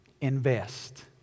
Invest